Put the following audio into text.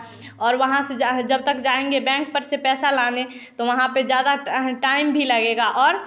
और वहाँ से जब तक जाएँगे बैंक पर से पैसा लाने तो वहाँ पर ज़्यादा टाइम भी लगेगा और